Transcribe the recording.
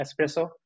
Espresso